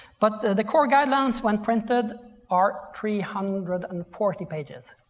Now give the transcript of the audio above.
but the core guidelines when printed are three hundred and forty pages.